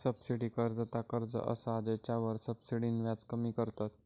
subsidy कर्ज ता कर्ज असा जेच्यावर सब्सिडीन व्याज कमी करतत